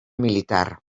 militar